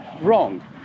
wrong